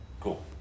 Cool